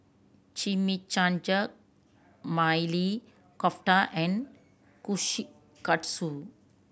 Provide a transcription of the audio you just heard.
Chimichangas Maili Kofta and Kushikatsu